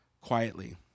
quietly